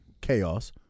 chaos